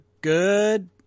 good